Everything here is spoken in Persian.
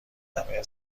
همه